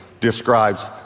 describes